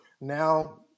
now